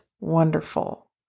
wonderful